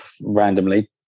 randomly